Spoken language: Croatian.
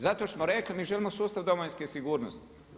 Zato smo rekli mi želimo sustav domovinske sigurnosti.